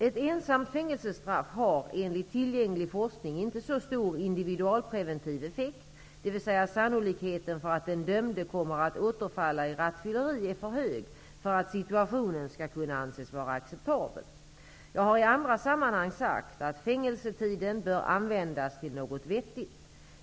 Ett ensamt fängelsestraff har enligt tillgänglig forskning inte så stor individualpreventiv effekt, dvs. sannolikheten för att den dömde kommer att återfalla i rattfylleri är för hög för att situationen skall kunna anses vara acceptabel. Jag har i andra sammanhanget sagt att fängelsetiden bör användas till något vettigt.